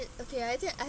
had okay I think I